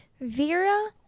Vera